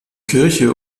kirche